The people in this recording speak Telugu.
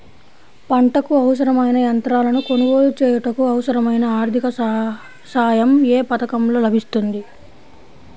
పంటకు అవసరమైన యంత్రాలను కొనగోలు చేయుటకు, అవసరమైన ఆర్థిక సాయం యే పథకంలో లభిస్తుంది?